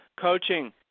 coaching